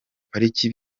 pariki